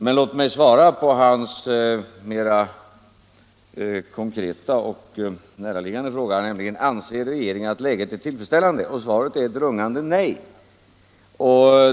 Men låt mig svara på herr Åslings mera konkreta och näraliggande fråga, nämligen om regeringen anser att läget är tillfredsställande. Svaret är ett rungande nej.